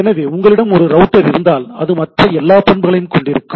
எனவே உங்களிடம் ஒரு ரவுட்டர் இருந்தால் அது மற்ற எல்லா பண்புகளையும் கொண்டிருக்கும்